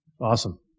Awesome